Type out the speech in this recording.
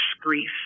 grief